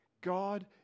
God